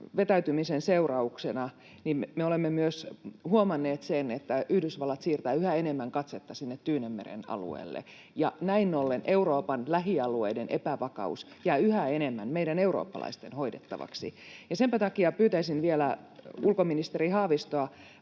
vetäytymisen seurauksena me olemme huomanneet myös sen, että Yhdysvallat siirtää yhä enemmän katsetta Tyynenmeren alueelle. Näin ollen Euroopan lähialueiden epävakaus jää yhä enemmän meidän eurooppalaisten hoidettavaksi. Ja senpä takia pyytäisin vielä ulkoministeri Haavistoa